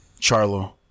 Charlo